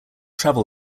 travel